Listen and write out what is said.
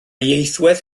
ieithwedd